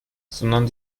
sondern